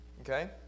Okay